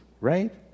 right